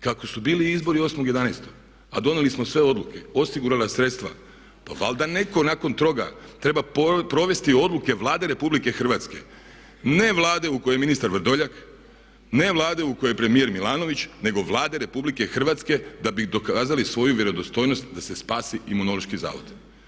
Kako su bili izbori 8.11. a donijeli smo sve odluke, osigurali sredstva, pa valjda netko nakon toga treba provesti odluke Vlade RH, ne Vlade u kojoj je ministar Vrdoljak, ne Vlade u kojoj je premijer Milanović, nego Vlade RH da bi dokazali svoju vjerodostojnost da se spasi Imunološki zavod.